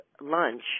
lunch